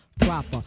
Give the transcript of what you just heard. proper